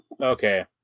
Okay